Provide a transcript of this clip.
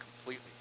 completely